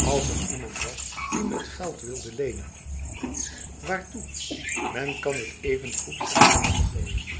als er iemand was die me het geld wilde lenenb waartoe men kan het evengoed in t water gooien